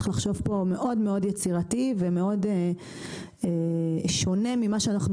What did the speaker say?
צריך לחשוב פה מאוד מאוד יצירתי ומאוד שונה ממה שאנחנו